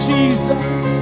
Jesus